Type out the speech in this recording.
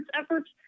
efforts